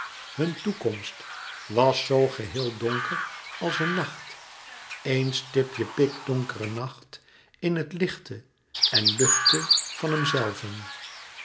hun toekomst was zo geheel donker als een nacht éen stipje pikdonkere nacht in het lichte en luchte van hemzelven